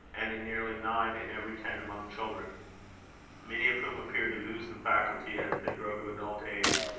and in nearly nine in every ten among children many of whom appear to lose the faculty as they grow to adult age,